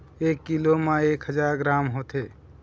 एक कीलो म एक हजार ग्राम होथे